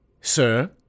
Sir